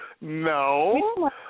no